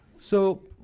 so,